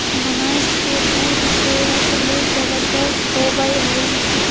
भैंस के दूध सेहत ले जबरदस्त होबय हइ